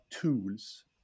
tools